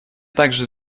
также